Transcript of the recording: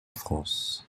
france